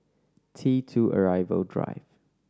T Two Arrival Drive